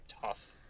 tough